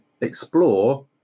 explore